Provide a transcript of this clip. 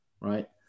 Right